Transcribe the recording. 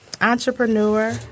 entrepreneur